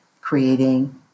creating